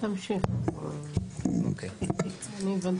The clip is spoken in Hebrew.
הוא בעצם קובע שההוראות האלה יחולו גם